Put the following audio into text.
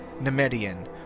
Nemedian